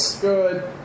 good